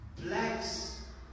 blacks